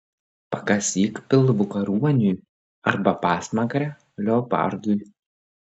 pakasyk pilvuką ruoniui arba pasmakrę leopardui